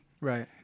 Right